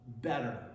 better